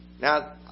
Now